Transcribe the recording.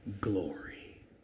glory